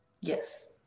Yes